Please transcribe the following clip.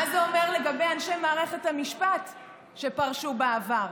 מה זה אומר לגבי אנשי מערכת המשפט שפרשו בעבר?